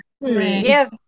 Yes